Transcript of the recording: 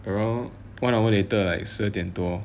around one hour later like 十二点多